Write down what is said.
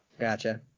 Gotcha